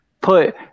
put